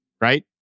right